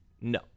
No